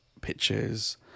pictures